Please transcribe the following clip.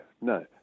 no